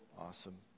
awesome